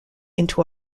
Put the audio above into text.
into